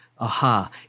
aha